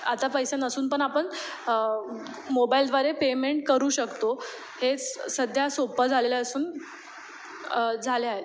आता पैसे नसून पण आपण मोबाइलद्वारे पेमेंट करू शकतो हेच सध्या सोपं झालेलं असून झाले आहे